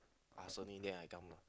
ask only then I come lah